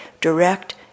direct